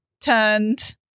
turned